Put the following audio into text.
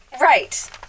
Right